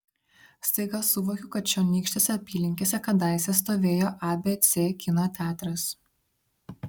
staiga suvokiu kad čionykštėse apylinkėse kadaise stovėjo abc kino teatras